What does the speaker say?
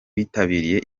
bitabiriye